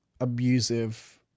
abusive